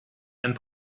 and